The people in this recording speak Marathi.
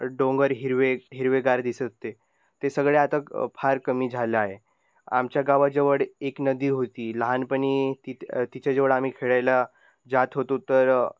डोंगर हिरवे हिरवेगार दिसत ते सगळे आता फार कमी झालं आहे आमच्या गावाजवळ एक नदी होती लहानपणी तित तिच्या जवळ आम्ही खेळायला जात होतो तर